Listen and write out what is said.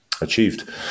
achieved